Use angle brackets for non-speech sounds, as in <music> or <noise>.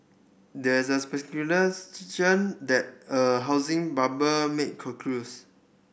there's a <unintelligible> that a housing bubble may concludes